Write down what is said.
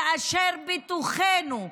כאשר בתוכנו,